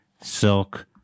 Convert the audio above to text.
Silk